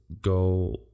go